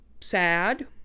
sad